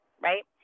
right